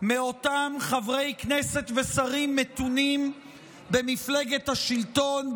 מאותם חברי כנסת ושרים מתונים במפלגת השלטון,